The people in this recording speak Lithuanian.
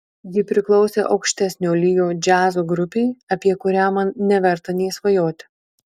ji priklausė aukštesnio lygio džiazo grupei apie kurią man neverta nė svajoti